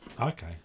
Okay